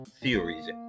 theories